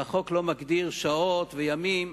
והחוק אינו מגדיר שעות וימים.